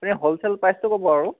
আপুনি হ'লছেল প্ৰাইচটো ক'ব আৰু